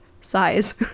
size